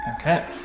Okay